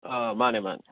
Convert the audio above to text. ꯑꯥ ꯃꯥꯅꯦ ꯃꯥꯅꯦ